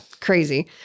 crazy